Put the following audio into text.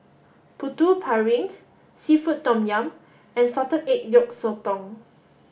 Putu Piring seafood tom yum and salted egg yolk Sotong